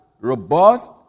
robust